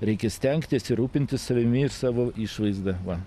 reikia stengtis ir rūpintis savimi ir savo išvaizda va